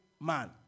man